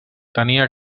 tenia